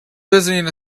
visiting